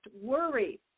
worry